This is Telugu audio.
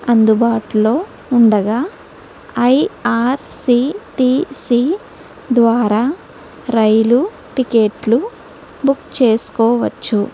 అందుబాటులో ఉండగా ఐఆర్సీటీసి ద్వారా రైలు టికెట్లు బుక్ చేసుకోవచ్చు